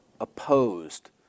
opposed